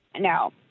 No